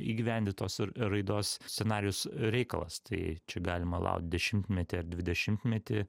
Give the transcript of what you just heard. įgyvendit tuos r raidos scenarijus reikalas tai čia galima laukt dešimtmetį ar dvidešimtmetį